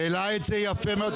העלה את זה יפה מאוד.